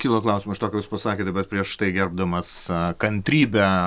kyla klausimų iš to ką jūs pasakėte bet prieš tai gerbdamas kantrybę